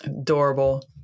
adorable